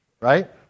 Right